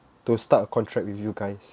to start a contract with you guys